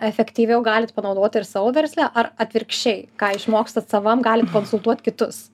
efektyviau galit panaudoti ir savo versle ar atvirkščiai ką išmokstat savam galit konsultuot kitus